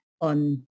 on